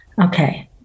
okay